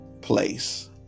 place